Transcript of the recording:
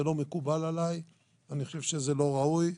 זה לא מקובל עליי ואני חושב שזה לא ראוי,